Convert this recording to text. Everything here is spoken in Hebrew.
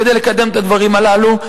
כדי לקדם את הדברים הללו.